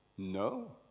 No